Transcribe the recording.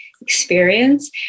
experience